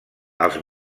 els